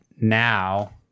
now